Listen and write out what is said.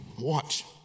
Watch